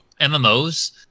MMOs